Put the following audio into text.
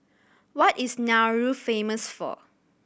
what is Nauru famous for